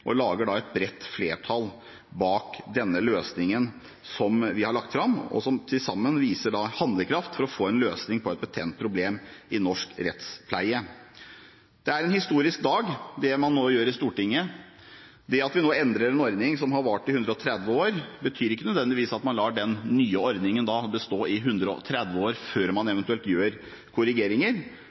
og lager da et bredt flertall bak denne løsningen som vi har lagt fram, og som til sammen viser handlekraft for å få en løsning på et betent problem i norsk rettspleie. Det er en historisk dag med det man nå gjør i Stortinget. Det at vi nå endrer en ordning som har vært i 130 år, betyr ikke nødvendigvis at man lar den nye ordningen bestå i 130 år før man eventuelt gjør korrigeringer.